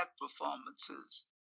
performances